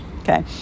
okay